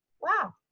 wow